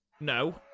No